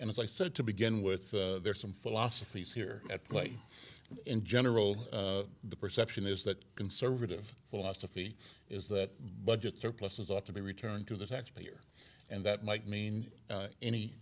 and as i said to begin with there are some philosophies here at play in general the perception is that conservative philosophy is that budget surpluses ought to be returned to the taxpayer and that might mean